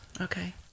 okay